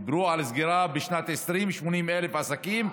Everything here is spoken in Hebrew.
דיברו בשנת 2020 על סגירה של 80,000 עסקים,